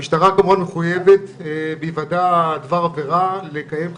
המשטרה כמובן מחויבת בהיוודע דבר עבירה לקיים חקירה,